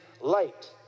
light